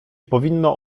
powinno